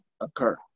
occur